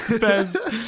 best